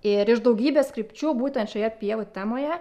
ir iš daugybės krypčių būtent šioje pievų temoje